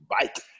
Bike